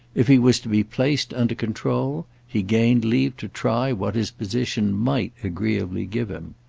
if he was to be placed under control he gained leave to try what his position might agreeably give him.